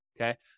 okay